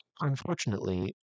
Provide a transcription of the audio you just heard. Unfortunately